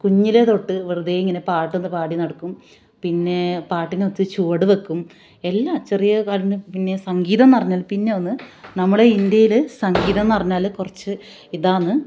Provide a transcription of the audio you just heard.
കുഞ്ഞിലെ തൊട്ട് വെറുതെ ഇങ്ങനെ പാട്ടൊക്കെ പാടി നടക്കും പിന്നെ പാട്ടിനൊത്തു ചുവട് വെക്കും എല്ലാ ചെറിയ കാലിന് പിന്നെ സംഗീതം എന്ന് പറഞ്ഞാൽ പിന്നെ ഒന്ന് നമ്മളുടെ ഇന്ത്യയില് സംഗീതം എന്ന് പറഞ്ഞാല് കുറച്ച് ഇതാന്ന്